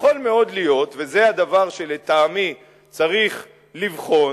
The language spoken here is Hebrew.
יכול מאוד להיות, וזה הדבר שלטעמי צריך לבחון,